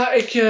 ik